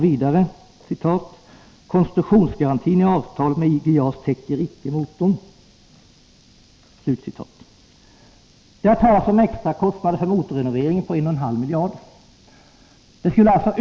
Vidare sägs det att konstruktionsgarantin i avtalet med IG JAS icke täcker motorn. Extra kostnader för motorrenoveringen på 1,5 miljarder har nämnts.